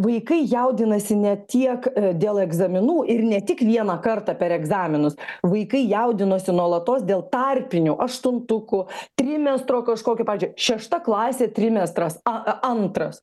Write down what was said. vaikai jaudinasi ne tiek dėl egzaminų ir ne tik vieną kartą per egzaminus vaikai jaudinosi nuolatos dėl tarpinių aštuntukų trimestro kažkokio šešta klasė trimestras a antras